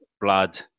blood